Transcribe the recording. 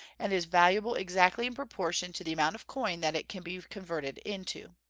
and is valuable exactly in proportion to the amount of coin that it can be converted into.